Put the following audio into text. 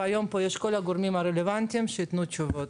היום יש פה את כל הגורמים הרלוונטיים שייתנו תשובות.